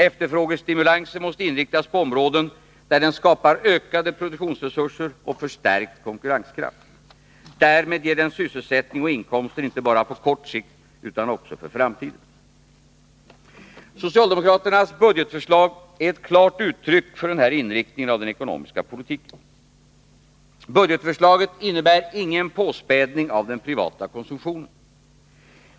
Efterfrågestimulansen måste inriktas på områden, där den skapar ökade produktionsresurser och förstärkt konkurrenskraft. Därmed ger den sysselsättning och inkomster inte bara på kort sikt utan också för framtiden. Det budgetförslag som socialdemokraterna lagt fram är ett klart uttryck för denna inriktning av den ekonomiska politiken. Budgetförslaget innebär ingen påspädning av den privata konsumtionen.